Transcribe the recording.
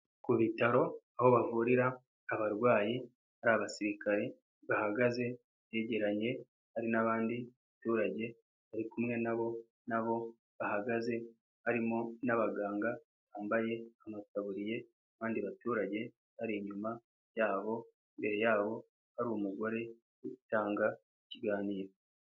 Ku ibitaro aho bavurira abarwayi hari abasirikare bahagaze begeranye hari n'abandi baturage bari kumwe na bo, na bo bahagaze harimo n'abaganga bambaye amataburiye abandi baturage bari inyuma yabo, imbere yabo hari umugore uri gutanga ikiganiro.